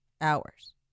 hours